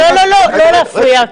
לא להפריע.